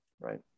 right